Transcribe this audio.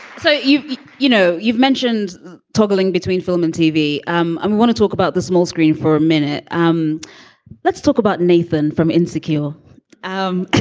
so you've you know, you've mentioned toggling between film and tv. i um um want to talk about the small screen for a minute. um let's talk about nathan from insecure um